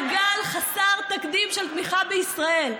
זה גל חסר תקדים של תמיכה בישראל.